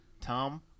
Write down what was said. Tom